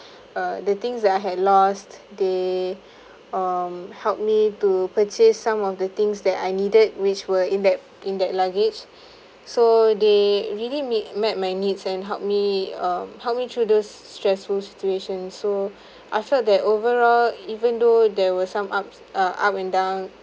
uh the things that I had lost they um help me to purchase some of the things that I needed which were in that in that luggage so they really meet met my needs and help me um help me through this stressful situation so after that overall even though there were some ups uh up and down